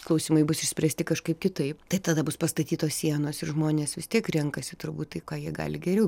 klausimai bus išspręsti kažkaip kitaip tai tada bus pastatytos sienos ir žmonės vis tiek renkasi turbūt tai ką jie gali geriau